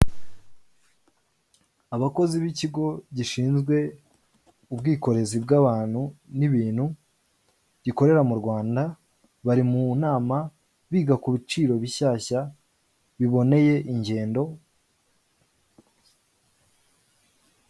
Abakozi b'ikigo gishinzwe ubwikorezi bw'abantu n' ibintu gikorera mu Rwanda bari mu nama biga ku biciro bishyashya biboneye ingendo.